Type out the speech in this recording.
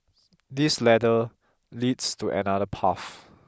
this ladder leads to another path